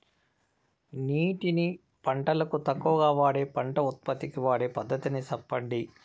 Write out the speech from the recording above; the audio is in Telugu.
నీటిని పంటలకు తక్కువగా వాడే పంట ఉత్పత్తికి వాడే పద్ధతిని సెప్పండి?